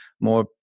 more